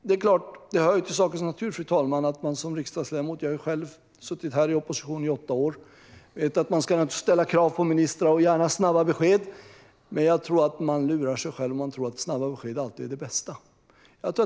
Det hör till sakens natur att riksdagsledamöter - jag har själv suttit i opposition här i åtta år - ställer krav på ministrar och gärna vill ha snabba besked, men jag tror att man lurar sig själv om man tror att snabba besked alltid är det bästa.